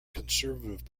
conservative